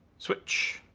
switch.